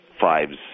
fives